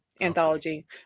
anthology